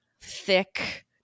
thick